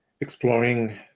Exploring